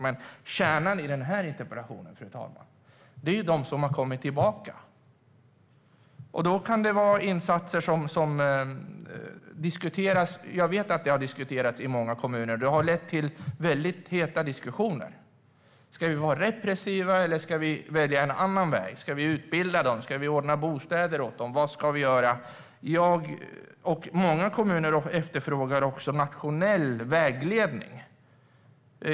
Men kärnan i denna interpellation, fru talman, är de som har kommit tillbaka. Jag vet att det har diskuterats insatser i många kommuner, och det har lett till väldigt heta diskussioner. Ska vi vara repressiva, eller ska vi välja en annan väg - ska vi utbilda dem och ordna bostäder åt dem? Vad ska vi göra? Jag och många kommuner efterfrågar nationell vägledning.